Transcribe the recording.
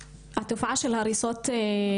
כשאנחנו מדברים על התופעה של הריסות בתים,